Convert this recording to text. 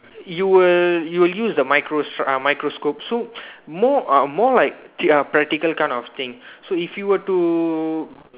you will you will use the microsc~ uh microscope so more uh more like practical kind of thing so if you were to